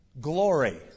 glory